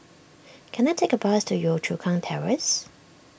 can I take a bus to Yio Chu Kang Terrace